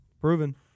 Proven